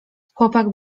chłopak